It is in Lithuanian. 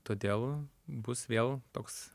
todėl bus vėl toks